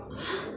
!huh!